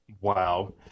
Wow